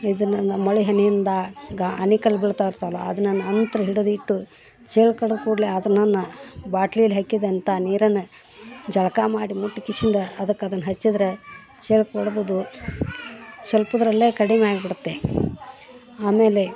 ಇದು ನನ್ನ ಮಳೆ ಹನಿಯಿಂದಾ ಗಾ ಆಲಿಕಲ್ಲು ಬೀಳ್ತಾಯಿರ್ತಾವಲ್ಲ ಅದನ್ನ ನಂತರ ಹಿಡಿದಿಟ್ಟು ಚೇಳು ಕಡಿದ್ ಕೂಡಲೇ ಅದು ನನ ಬಾಟ್ಲಿಲಿ ಹೆಕ್ಕಿದಂಥಾ ನೀರನ್ನ ಜಳಕಾ ಮಾಡಿ ಮುಟ್ಟಿ ಕಿಶಿಂದ ಅದಕ್ಕೆ ಅದನ್ನ ಹಚ್ಚಿದ್ರೆ ಚೇಳು ಕಡ್ದದ್ದು ಸ್ವಲ್ಪದ್ರಲ್ಲೇ ಕಡಿಮೆ ಆಗ್ಬಿಡುತ್ತೆ ಆಮೇಲೆ